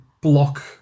block